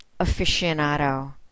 aficionado